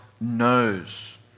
knows